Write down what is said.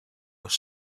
was